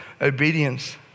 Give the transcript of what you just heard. obedience